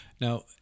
Now